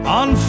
on